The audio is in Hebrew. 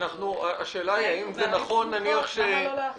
בערים סמוכות, למה לא?